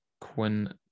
Quinn